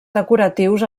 decoratius